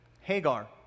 Hagar